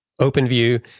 OpenView